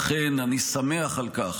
לכן, אני שמח על כך